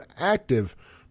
active